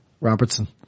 Robertson